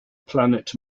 planet